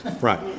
Right